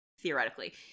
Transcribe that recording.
theoretically